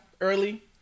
early